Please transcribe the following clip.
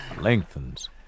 lengthens